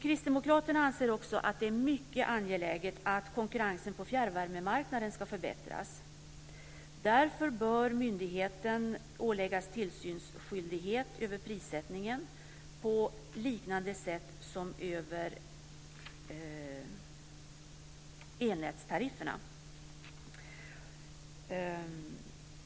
Kristdemokraterna anser också att det är mycket angeläget att konkurrensen på fjärrvärmemarknaden förbättras. Därför bör myndigheten åläggas tillsynsskyldighet över prissättningen på liknande sätt som över elnätstarifferna.